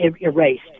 erased